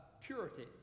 purity